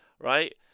Right